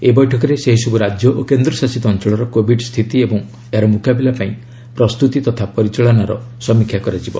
ଏହି ବୈଠକରେ ସେହିସବୁ ରାଜ୍ୟ ଓ କେନ୍ଦଶାସିତ ଅଞ୍ଚଳର କୋବିଡ ସ୍ଥିତି ଏବଂ ଏହାର ମ୍ରକାବିଲା ପାଇଁ ପ୍ରସ୍ତୁତି ତଥା ପରିଚାଳନାର ସମୀକ୍ଷା କରାଯିବ